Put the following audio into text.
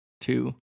Two